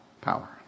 power